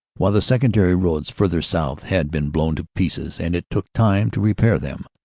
while the secondary roads further south had been blown to pieces and it took time to repair them.